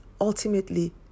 ultimately